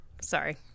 Sorry